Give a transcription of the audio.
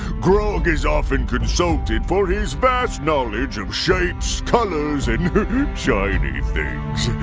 grog is often consulted for his vast knowledge of shapes, colors, and shiny things!